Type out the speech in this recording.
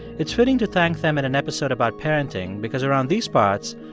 it's fitting to thank them in an episode about parenting because around these parts,